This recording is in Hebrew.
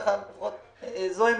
זאת עמדתי.